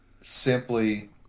simply